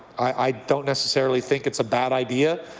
i don't necessarily think it's a bad idea,